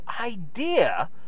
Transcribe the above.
idea